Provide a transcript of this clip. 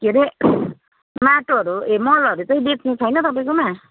के अरे माटोहरू ए मलहरू चाहिँ बेच्ने छैन तपाईँकोमा